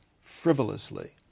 frivolously